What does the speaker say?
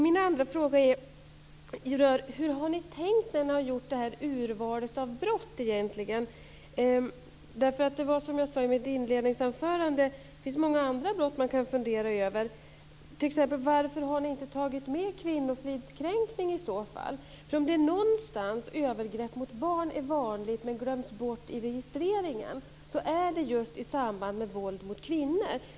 Min andra fråga är: Hur har ni egentligen tänkt när ni gjort det här urvalet av brott? Som jag sade i mitt inledningsanförande finns det många andra brott man kan fundera över. Varför har ni t.ex. inte tagit med kvinnofridskränkning? Är det någonstans övergrepp mot barn är vanligt men glöms bort i registreringen är det just i samband med våld mot kvinnor.